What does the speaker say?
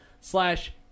slash